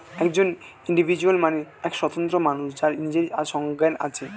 একজন ইন্ডিভিজুয়াল মানে এক স্বতন্ত্র মানুষ যার নিজের সজ্ঞান আছে